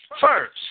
First